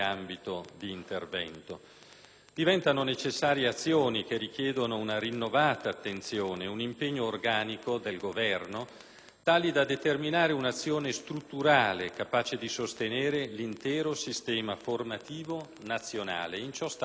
Diventano necessarie azioni che richiedono una rinnovata attenzione e un impegno organico del Governo, tali da determinare un'azione strutturale capace di sostenere l'intero sistema formativo nazionale. In ciò sta la continuità e l'esigenza